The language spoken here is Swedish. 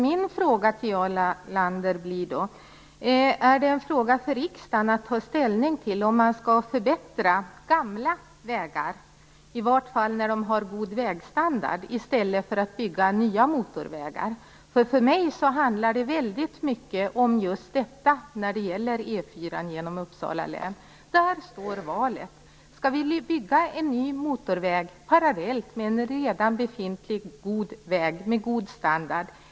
Min fråga till Jarl Lander blir då: Är det en fråga för riksdagen att ta ställning till om man skall förbättra gamla vägar, i varje fall när de har god vägstandard, eller bygga nya motorvägar? För mig handlar det väldigt mycket om just detta när det gäller E 4 genom Uppsala län. Där står valet: Skall vi bygga en ny motorväg parallellt med en redan befintlig väg med god standard?